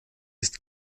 ist